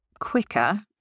quicker